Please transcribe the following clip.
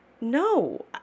no